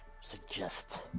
suggest